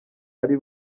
ari